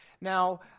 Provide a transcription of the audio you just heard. Now